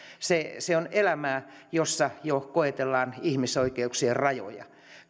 se se on elämää jossa jo koetellaan ihmisoikeuksien rajoja